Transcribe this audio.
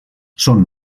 són